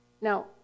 Now